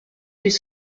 des